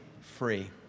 free